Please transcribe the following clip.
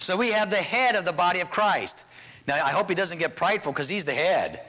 so we have the head of the body of christ now i hope he doesn't get prideful because he's the head